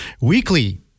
weekly